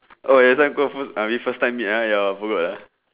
oh that's why go first I mean first time meet uh your who uh